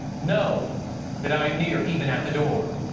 know that i am near, even at the door.